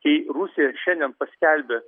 kai rusija šiandien paskelbė